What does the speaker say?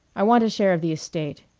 i want a share of the estate.